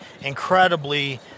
incredibly